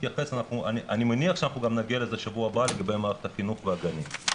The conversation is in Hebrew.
אני מניח שגם נגיע לזה שבוע הבא לגבי מערכת החינוך והגנים.